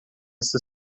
esta